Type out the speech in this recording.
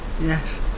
Yes